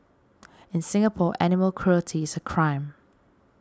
in Singapore animal cruelty is a crime